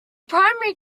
primary